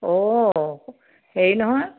অঁ হেৰি নহয়